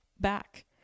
back